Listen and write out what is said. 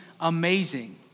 amazing